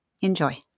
Enjoy